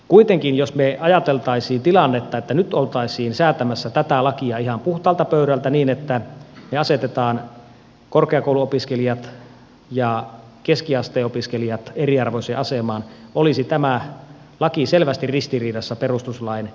kuitenkin jos me ajattelisimme tilannetta että nyt oltaisiin säätämässä tätä lakia ihan puhtaalta pöydältä niin että me asetamme korkeakouluopiskelijat ja keskiasteen opiskelijat eriarvoiseen asemaan olisi tämä laki selvästi ristiriidassa perustuslain syrjintäkiellon kanssa